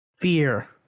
fear